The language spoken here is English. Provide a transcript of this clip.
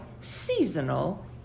seasonal